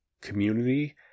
community